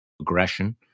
aggression